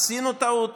עשינו טעות